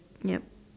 yup